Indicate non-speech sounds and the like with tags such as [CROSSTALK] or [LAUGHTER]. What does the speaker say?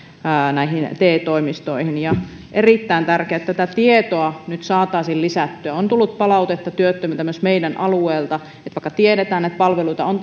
te toimistoihin olisi erittäin tärkeää että tätä tietoa nyt saataisiin lisättyä on tullut palautetta työttömiltä myös meidän alueeltamme siitä että vaikka tiedetään että palveluita on [UNINTELLIGIBLE]